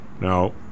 Now